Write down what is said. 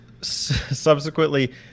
subsequently